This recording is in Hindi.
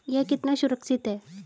यह कितना सुरक्षित है?